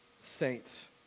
saints